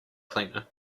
cleaner